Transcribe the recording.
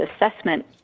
assessment